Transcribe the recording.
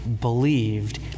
believed